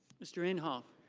mr. imhoff.